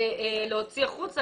להוציא החוצה,